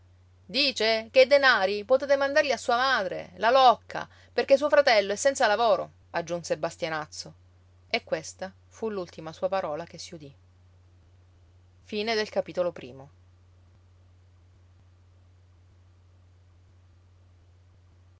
dice che i denari potete mandarli a sua madre la locca perché suo fratello è senza lavoro aggiunse bastianazzo e questa fu l'ultima sua parola che si udì per